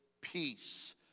peace